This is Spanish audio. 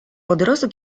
poderoso